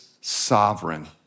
sovereign